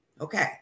Okay